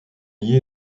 lié